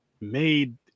made